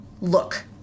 Look